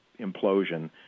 implosion